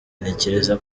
ntekereza